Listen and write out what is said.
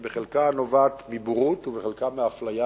שבחלקה נובעת מבורות ובחלקה מאפליה